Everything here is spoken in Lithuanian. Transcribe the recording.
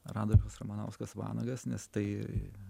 ar adolfas ramanauskas vanagas nes tai